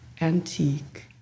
antique